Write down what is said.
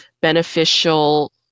beneficial